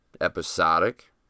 episodic